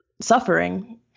suffering